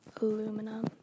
Aluminum